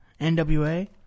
NWA